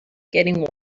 getting